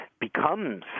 becomes